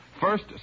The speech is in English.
first